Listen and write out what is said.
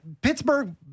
Pittsburgh